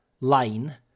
line